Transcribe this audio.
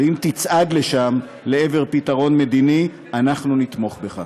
ואם תצעד לשם, לעבר פתרון מדיני, אנחנו נתמוך בך.